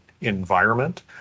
environment